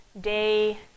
day